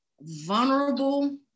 vulnerable